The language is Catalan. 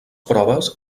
proves